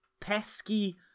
pesky